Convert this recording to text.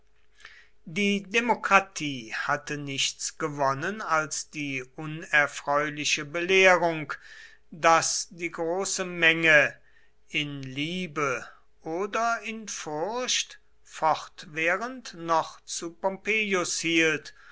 die demokratie hatte nichts gewonnen als die unerfreuliche belehrung daß die große menge in liebe oder in furcht fortwährend noch zu pompeius hielt